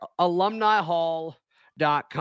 AlumniHall.com